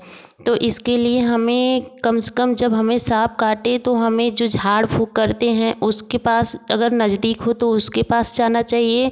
तो इसके लिए हमें कम से कम जब हमें साँप काटे तो हमें जो झाड़ फूंक करते हैं उसके पास अगर नज़दीक हो तो उसके पास जाना चाहिए